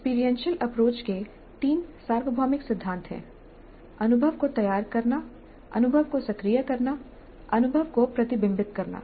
experiential approach के तीन सार्वभौमिक सिद्धांत हैं अनुभव को तैयार करना अनुभव को सक्रिय करना अनुभव को प्रतिबिंबित करना